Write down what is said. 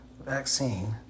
vaccine